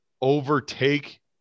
overtake